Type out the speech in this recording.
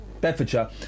Bedfordshire